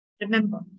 remember